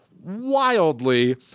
wildly